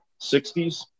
60s